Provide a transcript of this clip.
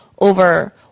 over